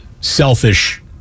selfish